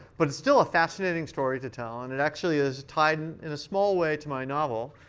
but it's still a fascinating story to tell. and it actually is tied, in a small way, to my novel,